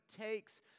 takes